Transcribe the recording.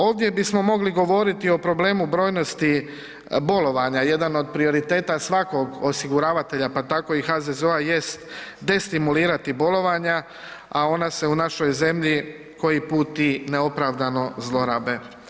Ovdje bismo mogli govoriti o problemu brojnosti bolovanja, jedan od prioriteta svakog osiguravatelja, pa tako i HZZO-a jest destimulirati bolovanja, a ona se u našoj zemlji koji put i neopravdano zlorabe.